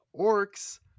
Orcs